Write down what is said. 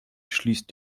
schließt